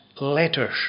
letters